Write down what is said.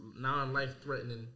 non-life-threatening